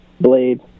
Blade